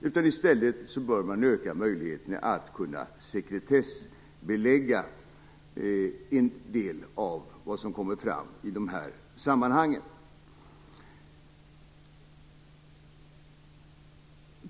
I stället bör man öka möjligheten att sekretessbelägga en del av vad som kommer fram i de här sammanhangen.